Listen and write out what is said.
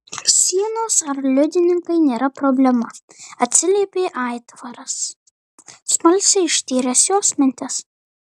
sienos ar liudininkai nėra problema atsiliepė aitvaras smalsiai ištyręs jos mintis